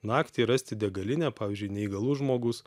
naktį rasti degalinę pavyzdžiui neįgalus žmogus